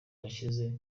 yashize